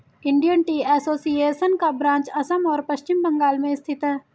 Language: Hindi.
इंडियन टी एसोसिएशन का ब्रांच असम और पश्चिम बंगाल में स्थित है